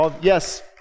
Yes